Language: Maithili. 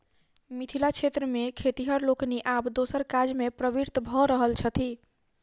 मिथिला क्षेत्र मे खेतिहर लोकनि आब दोसर काजमे प्रवृत्त भ रहल छथि